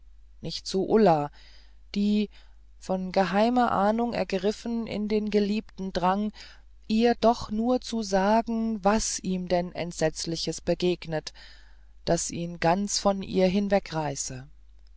nicht so ulla die von geheimer ahnung ergriffen in den geliebten drang ihr doch nur zu sagen was ihm denn entsetzliches begegnet das ihn ganz von ihr